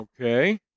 Okay